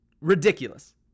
ridiculous